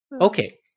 Okay